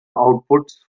outputs